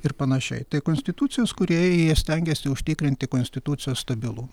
ir panašiai tai konstitucijos kūrėjai jie stengiasi užtikrinti konstitucijos stabilumą